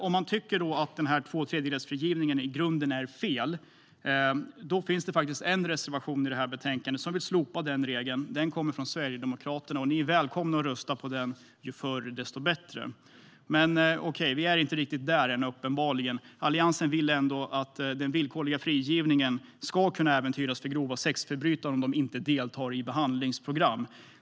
Om man tycker att tvåtredjedelsfrigivningen i grunden är fel finns det faktiskt en reservation i betänkandet som vill slopa den, och den kommer från Sverigedemokraterna. Ni är välkomna att rösta på den - ju förr, desto bättre. Men okej, vi är uppenbarligen inte riktigt där än. Alliansen vill ändå att den villkorliga frigivningen ska kunna äventyras för grova sexualförbrytare om de inte deltar i behandlingsprogram.